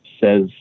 says